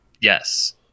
Yes